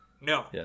no